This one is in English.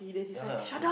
ya lah